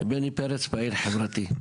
בני פרץ, פעיל חברתי.